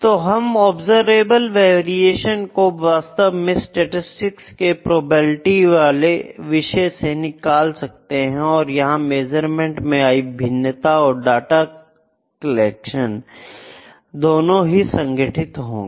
तो हम observable variation को वास्तव में स्टैटिसटिक्स के प्रोबेबिलिटी वाले विषय से निकाल सकते हैं और यह मेजरमेंट में आई भिन्नता और डाटा कलेक्शन दोनों ही संगठित होंगे